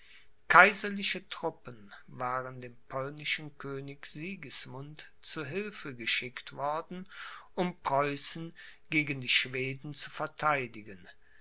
kaiserliche truppen waren dem polnischen könig sigismund zu hilfe geschickt worden um preußen gegen die schweden zu vertheidigen